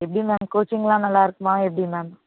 எப்படி மேம் கோச்சிங்லாம் நல்லா இருக்குமா எப்படி மேம்